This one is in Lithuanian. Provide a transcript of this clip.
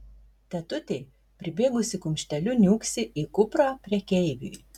tetutė pribėgusi kumšteliu niūksi į kuprą prekeiviui